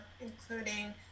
including